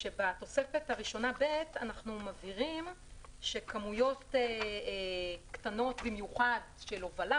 בתוספת הראשונה ב' אנחנו מבהירים שכמויות קטנות במיוחד של הובלה